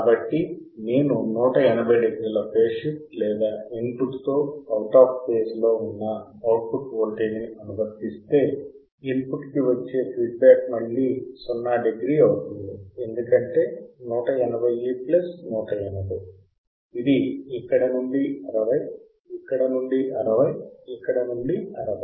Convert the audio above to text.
కాబట్టి నేను 180 డిగ్రీల ఫేజ్ షిఫ్ట్ లేదా ఇన్పుట్ తో అవుట్ ఆఫ్ ఫేస్ లో ఉన్న అవుట్పుట్ వోల్టేజ్ ని అనువర్తిస్తే ఇన్పుట్ కి వచ్చే ఫీడ్ బ్యాక్ మళ్ళీ 0 డిగ్రీ అవుతుంది ఎందుకంటే 180 ప్లస్ 180 ఇది ఇక్కడ నుండి 60 ఇక్కడ నుండి 60 ఇక్కడ నుండి 60